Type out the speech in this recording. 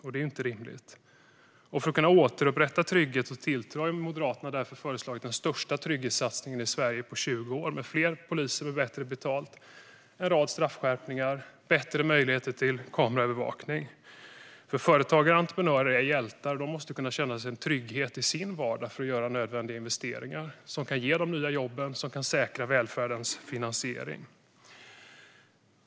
Detta är inte rimligt. För att kunna återupprätta trygghet och tilltro har Moderaterna föreslagit den största trygghetssatsningen i Sverige på 20 år, med fler poliser med bättre betalt, en rad straffskärpningar och bättre möjligheter till kameraövervakning. Företagare och entreprenörer är hjältar. De måste känna trygghet i sin vardag för att kunna göra nödvändiga investeringar, som kan ge de nya jobben och säkra välfärdens finansiering.